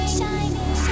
shining